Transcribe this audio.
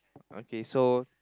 okay so